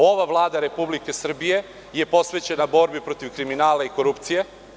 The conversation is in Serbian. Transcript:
Ova Vlada Republike Srbije je posvećena borbi protiv kriminala i korupcije.